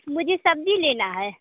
मुझे सब्ज़ी लेना है